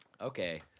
okay